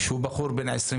שהוא בחור בן 23,